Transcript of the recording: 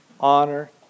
Honor